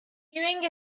queuing